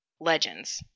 legends